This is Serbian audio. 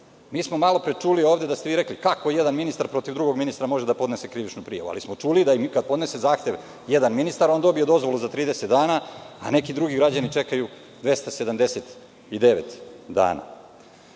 smo čuli ovde da ste vi rekli – kako jedan ministar protiv drugog ministra može da podnese krivičnu prijavu? Čuli smo da kada podnese zahtev jedan ministar, on dobije dozvolu za 30 dana, a neki drugi građani čekaju 279